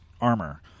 armor